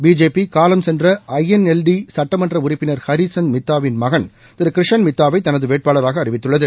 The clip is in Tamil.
பிஜேபி காலஞ்சென்ற ஐஎன்எல்டி சட்டமன்ற உறுப்பினர் ஹரி சந்த் மித்தாவின் மகன் திரு கிருஷன் மித்தாவை தனது வேட்பாளராக அறிவித்துள்ளது